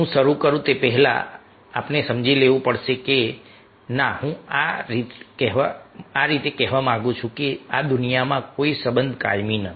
હું શરૂ કરું તે પહેલાં આપણે સમજી લેવું પડશે કે ના હું આ રીતે કહેવા માંગુ છું કે આ દુનિયામાં કોઈ સંબંધ કાયમી નથી